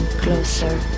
Closer